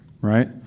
right